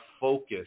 focus